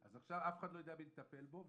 אז עכשיו אף אחד לא יודע מי מטפל בו,